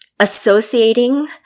Associating